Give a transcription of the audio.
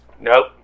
Nope